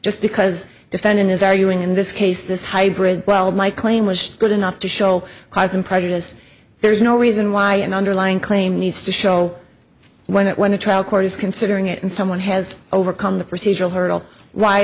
just because defendant is arguing in this case this hybrid well my claim was good enough to show cause and prejudice there is no reason why an underlying claim needs to show when it went to trial court is considering it and someone has overcome the procedural hurdle why